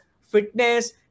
fitness